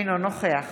אינו נוכח